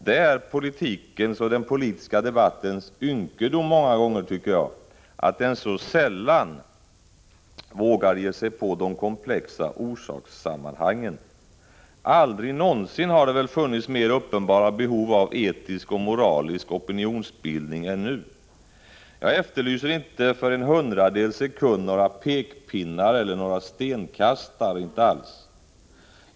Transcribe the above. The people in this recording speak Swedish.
Det är politikens och den politiska debattens ynkedom, tycker jag, att den så sällan vågar ge sig på de komplexa orsakssammanhangen. Aldrig någonsin har det väl funnits mer uppenbara behov av etisk och moralisk opinionsbildning än nu. Jag efterlyser inte för en hundradels sekund några pekpinnar eller några stenkastare, inte alls.